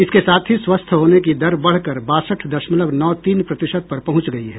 इसके साथ ही स्वस्थ होने की दर बढ़कर बासठ दशमलव नौ तीन प्रतिशत पर पहुंच गई है